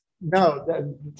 No